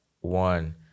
one